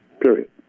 Period